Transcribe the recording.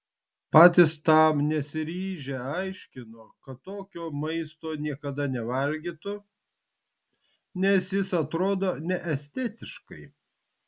patys tam nesiryžę aiškino kad tokio maisto niekada nevalgytų nes jis atrodo neestetiškai